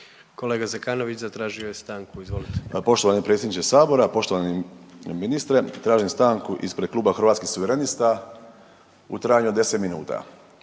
(Hrvatski suverenisti)** Poštovani predsjedniče sabora, poštovani ministre, tražim stanku ispred Kluba Hrvatskih suverenista u trajanju od 10 minuta.